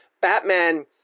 Batman